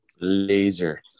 Laser